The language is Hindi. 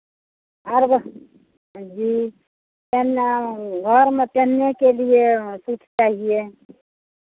और वह जी पहनना घर में पहनने के लिए सूट चाहिए